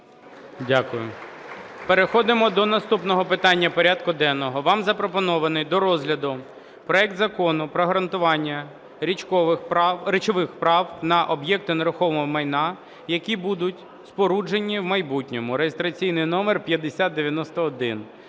Дякую. Переходимо до наступного питання порядку денного. Вам запропонований до розгляду проект Закону про гарантування речових прав на об'єкти нерухомого майна, які будуть споруджені в майбутньому (реєстраційний номер 5091).